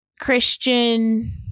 Christian